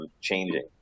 changing